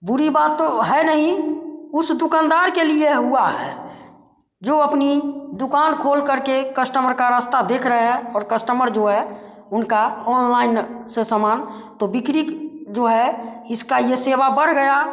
बुरी बात तो है नहीं उस दुकानदार के लिए हुआ है जो अपनी दुकान खोल करके कस्टमर का रास्ता देख रहे हैं और कस्टमर जो हैं उनका ऑनलाइन से सामान तो बिक्री जो है इसका ये सेवा बढ़ गया